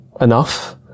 enough